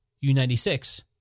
U-96